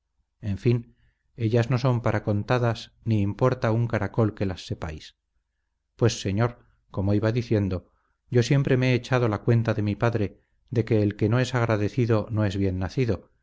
en fin ellas no son para contadas ni importa un caracol que las sepáis pues señor como iba diciendo yo siempre me he echado la cuenta de mi padre de que el que no es agradecido no es bien nacido